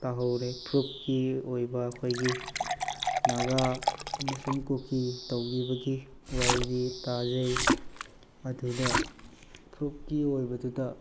ꯇꯥꯍꯧꯔꯦ ꯐꯨꯔꯨꯞꯀꯤ ꯑꯣꯏꯕ ꯑꯩꯈꯣꯏꯒꯤ ꯅꯥꯒꯥ ꯑꯃꯁꯨꯡ ꯀꯨꯀꯤ ꯇꯧꯈꯤꯕꯒꯤ ꯋꯥꯔꯤꯗꯤ ꯇꯥꯖꯩ ꯑꯗꯨꯗ ꯐꯨꯔꯨꯞꯀꯤ ꯑꯣꯏꯕꯗꯨꯗ